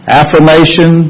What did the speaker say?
affirmation